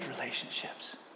relationships